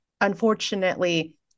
unfortunately